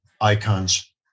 icons